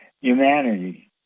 humanity